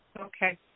Okay